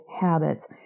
habits